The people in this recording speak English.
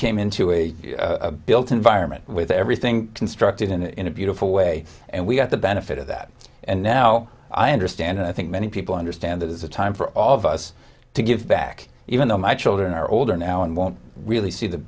came into a built environment with everything constructed in a beautiful way and we got the benefit of that and now i understand and i think many people understand that is a time for all of us to give back even though my children are older now and won't really see the